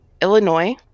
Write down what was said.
Illinois